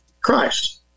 Christ